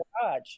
garage